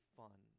fun